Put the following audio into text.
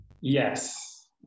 yes